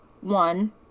one